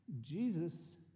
Jesus